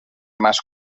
más